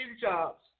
jobs